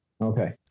Okay